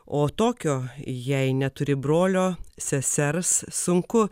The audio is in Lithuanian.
o tokio jei neturi brolio sesers sunku